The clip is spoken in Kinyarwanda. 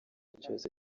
cyose